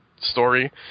story